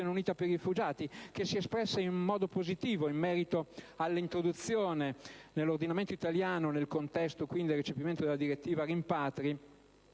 Unite per i rifugiati, che si è espressa in modo positivo in merito all'introduzione nell'ordinamento italiano, nel contesto, quindi, del recepimento, della direttiva rimpatri,